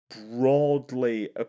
broadly